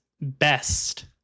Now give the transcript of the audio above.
best